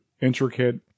intricate –